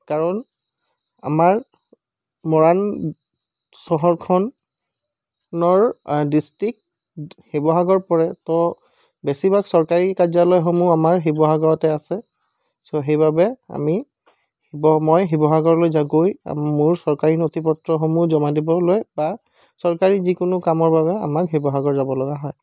কাৰণ আমাৰ মৰাণ চহৰখনৰ ডিষ্ট্ৰিক্ট শিৱসাগৰ পৰে তো বেছিভাগ চৰকাৰী কাৰ্য্যলয়সমূহ আমাৰ শিৱসাগৰতে আছে ছ' সেইবাবে আমি শিৱ মই শিৱসাগৰলৈ গৈ মোৰ চৰকাৰী নথি পত্ৰসমূহ জমা দিবলৈ বা চৰকাৰী যিকোনো কামৰ বাবে আমাক শিৱসাগৰ যাব লগা হয়